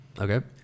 Okay